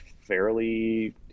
fairly